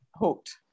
hooked